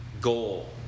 goal